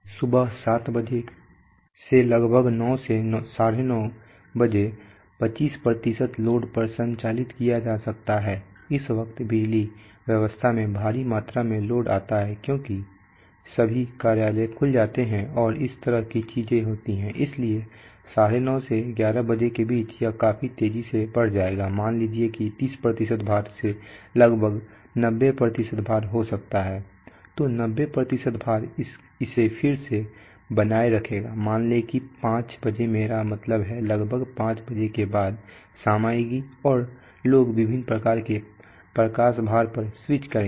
सुबह 7 बजे से लगभग 9 930 बजे पच्चीस प्रतिशत लोड पर संचालित किया जा सकता है इस वक्त बिजली व्यवस्था में भारी मात्रा में लोड आता है क्योंकि सभी कार्यालय खुल जाते हैं और इस तरह की चीजें होती हैं इसलिए 930 से 11 बजे के बीच यह काफी तेजी से बढ़ जाएगा मान लीजिए कि तीस प्रतिशत भार से लगभग नब्बे प्रतिशत भार हो सकता है तो नब्बे प्रतिशत भार इसे फिर से बनाए रखेगा मान लें कि 5 बजे मेरा मतलब है लगभग पांच बजे के बाद शाम आएगी और लोग विभिन्न प्रकार के प्रकाश भार पर स्विच करेंगे